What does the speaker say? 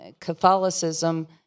Catholicism